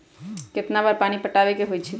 कितना बार पानी पटावे के होई छाई?